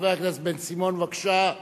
חבר הכנסת בן-סימון, בבקשה.